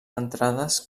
entrades